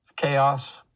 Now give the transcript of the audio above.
chaos